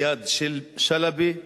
איאד שלבי משפרעם.